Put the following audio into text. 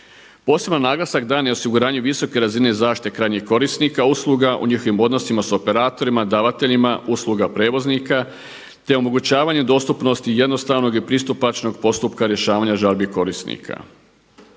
Poseban naglasak dan je osiguranju visoke razine zaštite krajnjeg korisnika usluga u njihovim odnosima sa operatorima davateljima usluga prijevoznika, te omogućavanje dostupnosti jednostavnog i pristupačnog postupka rješavanja žalbi korisnika.